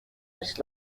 was